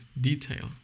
detail